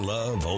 Love